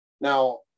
Now